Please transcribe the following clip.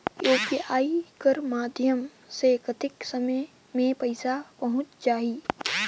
UPI कर माध्यम से कतेक समय मे पइसा पहुंच जाहि?